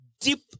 deep